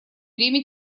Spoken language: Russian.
время